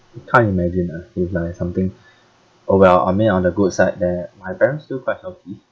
I can't imagine ah if like something orh well I mean on the good side that my parents still quite healthy